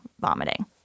vomiting